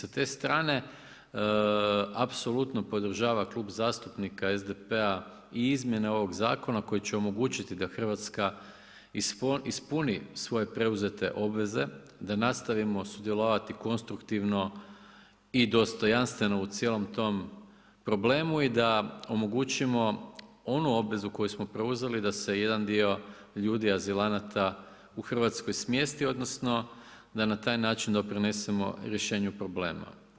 I sa te strane apsolutno podržava Klub zastupnika SDP-a i izmjene ovog zakona koji će omogućiti da Hrvatska ispuni svoje preuzete obveze, da nastavimo sudjelovati konstruktivno i dostojanstveno u cijelom tom problemu i da omogućimo onu obvezu koju smo preuzeli da se jedan dio ljudi azilanata u Hrvatskoj smjesti odnosno da na taj način doprinesemo rješavanju problema.